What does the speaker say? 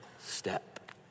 step